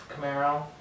Camaro